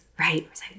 right